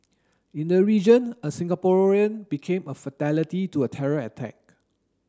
in the region a Singaporean became a fatality to a terror attack